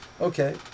Okay